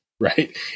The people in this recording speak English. right